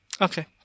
Okay